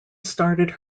started